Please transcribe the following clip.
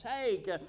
take